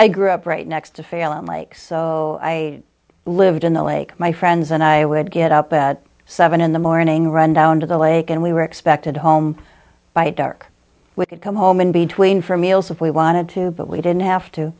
i grew up right next to fail and like so i lived in the lake my friends and i would get up at seven in the morning run down to the lake and we were expected home by dark we could come home in between for meals if we wanted to but we didn't have to